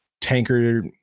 tanker